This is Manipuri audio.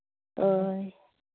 ꯍꯣꯏ ꯍꯣꯏ